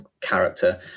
character